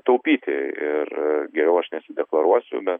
taupyti ir geriau aš nesideklaruosiu bet